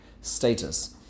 status